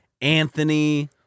Anthony